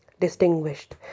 distinguished